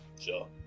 Sure